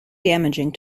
damaging